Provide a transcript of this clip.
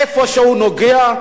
איפה שהוא נוגע,